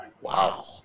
Wow